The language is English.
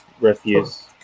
refuse